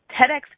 TEDx